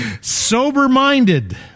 Sober-minded